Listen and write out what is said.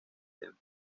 templo